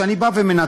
כשאני בא ומנתח,